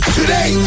today